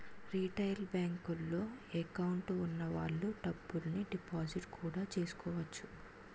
retail బేంకుల్లో account వున్న వాళ్ళు డబ్బుల్ని డిపాజిట్టు కూడా చేసుకోవచ్చు